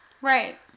Right